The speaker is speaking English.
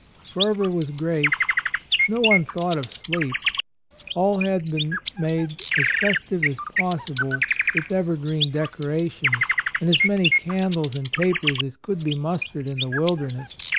fervor was great no one thought of sleep all had been made as festive as possible with evergreen decora tions and as many candles and tapers as could be mustered in the wilderness.